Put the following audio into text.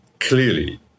Clearly